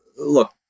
look